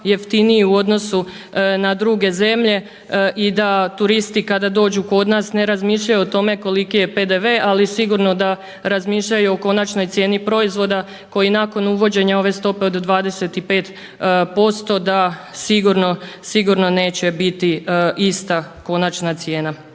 jeftiniji u odnosu na druge zemlje i da turisti kada dođu kod nas ne razmišljaju o tome koliki je PDV. Ali sigurno da razmišljaju o konačnoj cijeni proizvoda koji nakon uvođenja ove stope od 25% da sigurno neće biti ista konačna cijena.